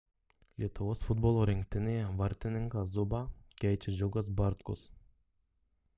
lietuvos futbolo rinktinėje vartininką zubą keičia džiugas bartkus